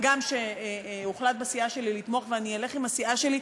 הגם שהוחלט בסיעה שלי לתמוך ואני אלך עם הסיעה שלי.